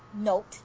note